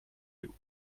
you